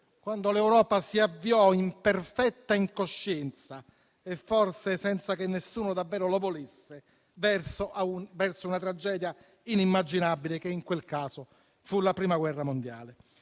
quando l'Europa si avviò in perfetta incoscienza e forse senza che nessuno davvero lo volesse verso una tragedia inimmaginabile che in quel caso fu la Prima guerra mondiale.